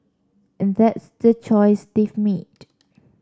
and that's the choice they've made